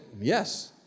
Yes